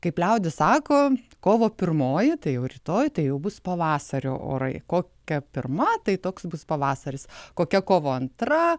kaip liaudis sako kovo pirmoji tai jau rytoj tai bus pavasario orai kokia pirma tai toks bus pavasaris kokia kovo antra